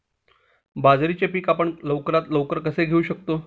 बाजरीचे पीक आपण लवकरात लवकर कसे घेऊ शकतो?